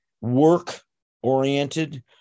work-oriented